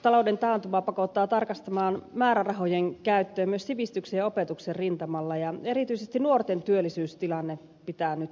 talouden taantuma pakottaa tarkastelemaan määrärahojen käyttöä myös sivistyksen ja opetuksen rintamalla ja erityisesti nuorten työllisyystilanne pitää nyt huomioida